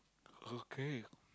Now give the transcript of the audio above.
okay